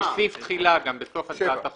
יש גם סעיף תחילה בסוף הצעת החוק.